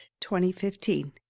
2015